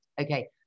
Okay